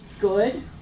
good